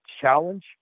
challenge